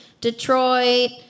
Detroit